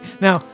Now